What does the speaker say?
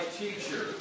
teacher